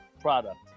product